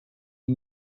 you